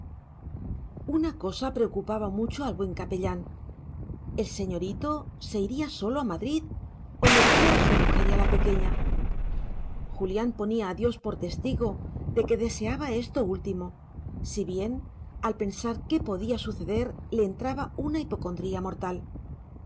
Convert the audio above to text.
una cosa preocupaba mucho al buen capellán el señorito se iría solo a madrid o llevaría a su mujer y a la pequeña julián ponía a dios por testigo de que deseaba esto último si bien al pensar qué podía suceder le entraba una hipocondría mortal